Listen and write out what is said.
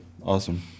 awesome